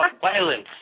violence